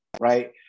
right